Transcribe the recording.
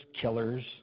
killers